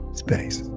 space